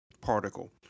particle